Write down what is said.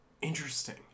Interesting